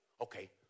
Okay